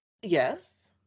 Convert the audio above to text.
Yes